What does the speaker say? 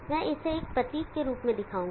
मैं इसे इस प्रतीक रूप में दिखाऊंगा